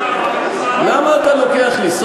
למה אתה לוקח לי?